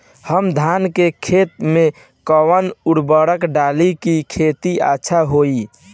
हम धान के खेत में कवन उर्वरक डाली कि खेती अच्छा होई?